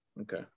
Okay